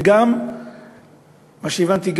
ומה שהבנתי,